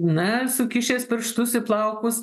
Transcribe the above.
na sukišęs pirštus į plaukus